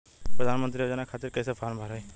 प्रधानमंत्री योजना खातिर कैसे फार्म भराई?